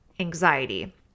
anxiety